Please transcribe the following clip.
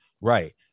right